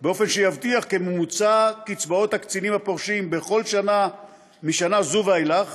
באופן שיבטיח כי ממוצע קצבאות הקצינים הפורשים בכל שנה משנה זו ואילך